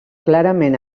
clarament